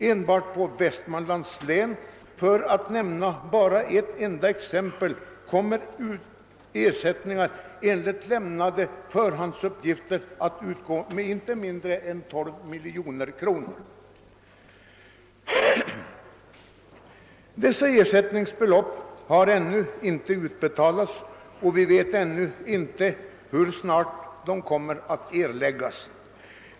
Enbart i Väst manlands län, för att nämna ett enda exempel, kommer ersättningar enligt lämnade förhandsuppgifter att utgå med inte mindre än 12 miljoner kronor. Dessa ersättningsbelopp har ännu inte utbetalats, och vi vet inte hur snart de kommer att erläggas.